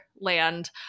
land